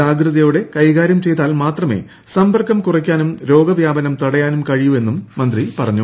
ജാഗ്രതയോടെ കൈകാരൃം ചെയ്താൽ മാത്രമേ സമ്പർക്കം കുറയ്ക്കാനും രോഗവ്യാപനം തടയാനും കഴിയൂ എന്നും മന്ത്രി പറഞ്ഞു